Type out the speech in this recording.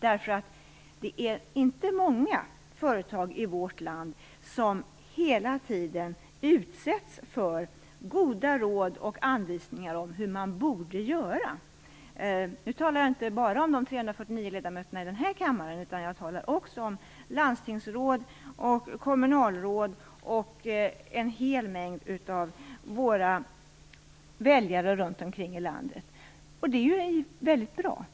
Det är inte många företag i vårt land som hela tiden utsätts för goda råd och anvisningar om hur man borde göra. Nu talar jag inte bara om de 349 ledamöterna i den här kammaren. Jag talar också om landstingsråd, kommunalråd och en hel mängd av våra väljare runt om i landet. Detta är ju mycket bra.